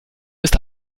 ist